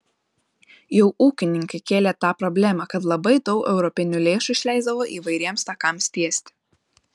jau ūkininkai kėlė tą problemą kad labai daug europinių lėšų išleisdavo įvairiems takams tiesti